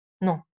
Non